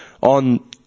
on